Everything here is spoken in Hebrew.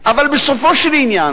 אבל בסופו של עניין,